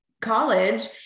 college